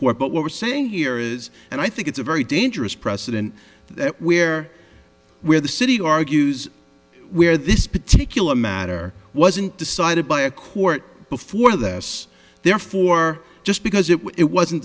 court but what we're saying here is and i think it's a very dangerous precedent that where where the city argues where this particular matter wasn't decided by a court before that therefore just because it wasn't